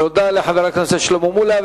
תודה לחבר הכנסת שלמה מולה.